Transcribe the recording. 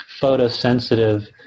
photosensitive